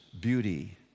beauty